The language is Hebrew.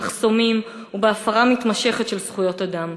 במחסומים ובהפרה מתמשכת של זכויות אדם.